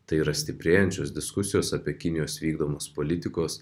tai yra stiprėjančios diskusijos apie kinijos vykdomos politikos